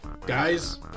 guys